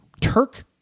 Turk